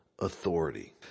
authority